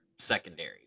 secondary